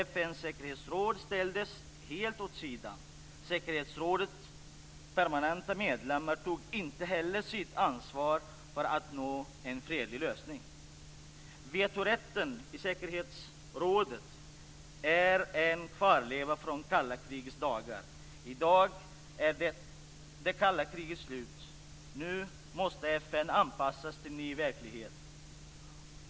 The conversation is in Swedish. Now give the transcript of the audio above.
FN:s säkerhetsråd ställdes helt åt sidan. Säkerhetsrådets permanenta medlemmar tog inte heller sitt ansvar för att nå en fredlig lösning. Vetorätten i säkerhetsrådet är en kvarleva från kalla krigets dagar. I dag är det kalla kriget slut. Nu måste FN anpassas till ny verklighet.